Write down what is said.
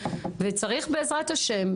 וצריך בעזרת ה'